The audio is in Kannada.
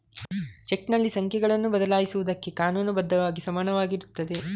ಚೆಕ್ನಲ್ಲಿ ಸಂಖ್ಯೆಗಳನ್ನು ಬದಲಾಯಿಸುವುದಕ್ಕೆ ಕಾನೂನು ಬದ್ಧವಾಗಿ ಸಮಾನವಾಗಿರುತ್ತದೆ